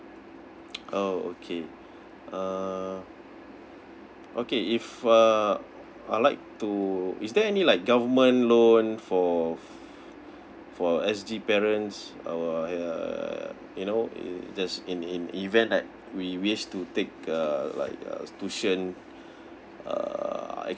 oh okay uh okay if uh I'd like to is there any like government loan for for S G parents our ya you know it that's in in event that we wish to take a like a tuition err I